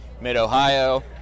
mid-ohio